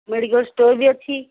medical store ବି ଅଛି